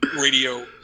radio